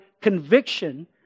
conviction